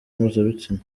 mpuzabitsina